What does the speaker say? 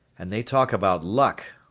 and they talk about luck.